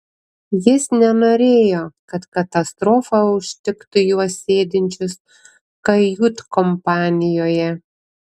jis nenorėjo kad katastrofa užtiktų juos sėdinčius kajutkompanijoje